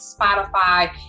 Spotify